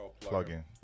plugin